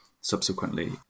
subsequently